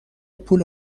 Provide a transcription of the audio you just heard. پول